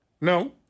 No